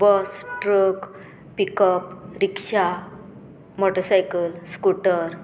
bus truck pickup rickshaw motorcycle scooter